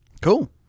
Cool